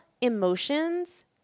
emotions